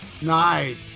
Nice